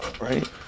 right